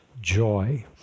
joy